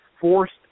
forced